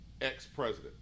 ex-president